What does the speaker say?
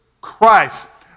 Christ